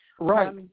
Right